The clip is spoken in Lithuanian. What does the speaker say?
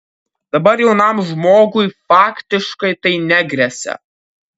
dabar jaunam žmogui faktiškai tai negresia